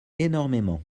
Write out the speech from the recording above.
énormément